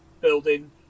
building